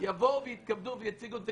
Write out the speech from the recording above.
יבואו ויתכבדו ויציגו את זה